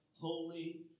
holy